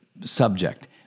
subject